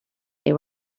they